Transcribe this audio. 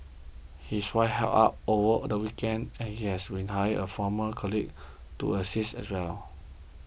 his wife helps out over the weekends and he has rehired a former colleague to assist as well